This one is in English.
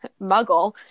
muggle